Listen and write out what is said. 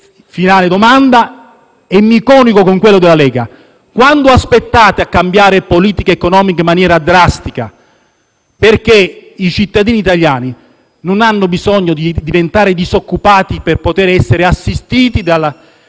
finale, e mi collego con la Lega, è: quanto aspettate a cambiare politica economica in maniera drastica? Perché i cittadini italiani non hanno bisogno di diventare disoccupati per poter essere assistiti dai